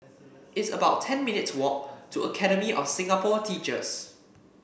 it's about ten minutes' walk to Academy of Singapore Teachers